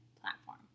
platform